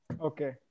Okay